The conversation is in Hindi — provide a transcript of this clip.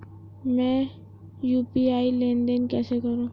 मैं यू.पी.आई लेनदेन कैसे करूँ?